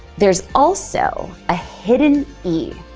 there's also a hidden e.